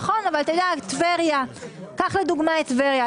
נכון, אבל קח לדוגמה את טבריה.